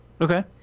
Okay